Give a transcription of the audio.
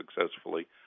successfully